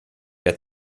der